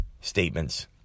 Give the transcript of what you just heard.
statements